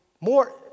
more